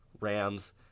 Rams